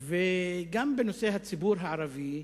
גם בנושא הציבור הערבי,